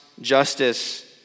justice